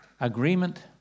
agreement